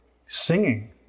singing